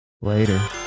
later